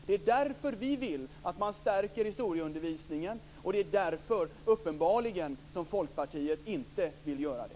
Det är därför vi vill att historieundervisningen stärks, och det är uppenbarligen därför som Folkpartiet inte vill göra det.